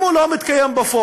אם הוא לא מתקיים בפועל,